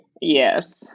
yes